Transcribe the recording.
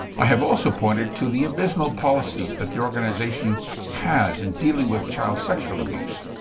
i have also pointed to the abysmal policies that the organization has in dealing with child sexual abuse.